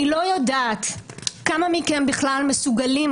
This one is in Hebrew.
אני לא יודעת כמה מכם בכלל מסוגלים